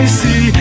see